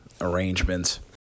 arrangements